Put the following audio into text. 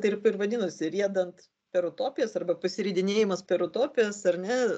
taip ir vadinosi riedant per utopijas arba pasiridinėjimas per utopijos ar ne